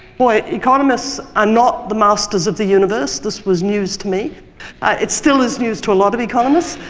boy, economists are not the masters of the universe this was news to me it still is news to a lot of economists,